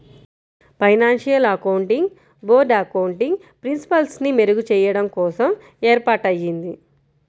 financial accounting board accounting ప్రిన్సిపల్స్ని మెరుగుచెయ్యడం కోసం ఏర్పాటయ్యింది